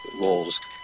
roles